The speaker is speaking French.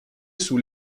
sous